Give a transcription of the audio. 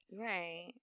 Right